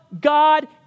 God